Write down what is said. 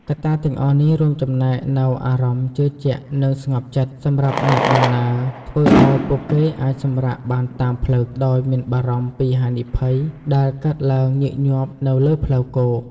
កត្តាទាំងអស់នេះរួមចំណែកផ្តល់នូវ អារម្មណ៍ជឿជាក់ និងស្ងប់ចិត្ត សម្រាប់អ្នកដំណើរ ធ្វើឱ្យពួកគេអាចសម្រាកបានតាមផ្លូវដោយមិនបារម្ភពីហានិភ័យដែលកើតឡើងញឹកញាប់នៅលើផ្លូវគោក។